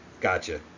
Gotcha